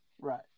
Right